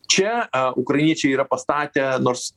čia a ukrainiečiai yra pastatę nors